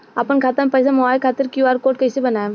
आपन खाता मे पईसा मँगवावे खातिर क्यू.आर कोड कईसे बनाएम?